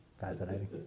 Fascinating